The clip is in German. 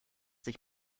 sich